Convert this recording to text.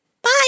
Bye